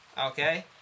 Okay